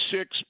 six